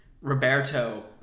Roberto